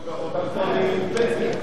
--- לי פתק.